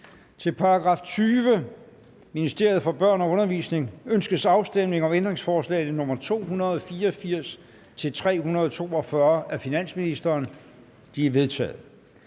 Til § 20. Ministeriet for Børn og Undervisning. Ønskes afstemning om ændringsforslag nr. 284-342 af finansministeren? De er vedtaget.